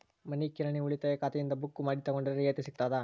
ಮನಿ ಕಿರಾಣಿ ಉಳಿತಾಯ ಖಾತೆಯಿಂದ ಬುಕ್ಕು ಮಾಡಿ ತಗೊಂಡರೆ ರಿಯಾಯಿತಿ ಸಿಗುತ್ತಾ?